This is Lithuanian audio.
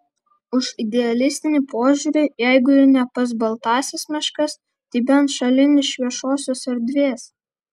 už idealistinį požiūrį jeigu ir ne pas baltąsias meškas tai bent šalin iš viešosios erdvės